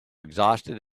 exhausted